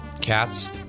cats